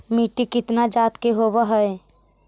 मिट्टी कितना जात के होब हय?